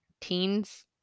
teens